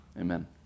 amen